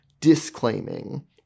disclaiming